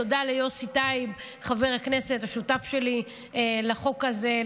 תודה ליוסי טייב, חבר הכנסת, השותף שלי לחוק הזה.